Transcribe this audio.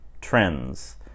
trends